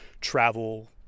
travel